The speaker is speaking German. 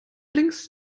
links